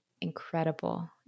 incredible